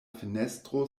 fenestro